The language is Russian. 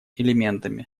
элементами